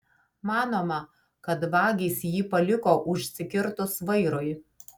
manoma kad vagys jį paliko užsikirtus vairui